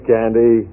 Candy